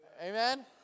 Amen